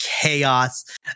chaos